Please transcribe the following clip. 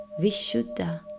Vishuddha